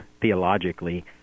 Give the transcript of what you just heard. theologically